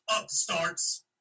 upstarts